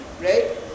right